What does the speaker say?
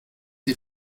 die